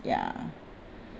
ya